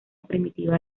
primitiva